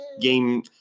Game